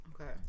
Okay